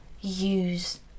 use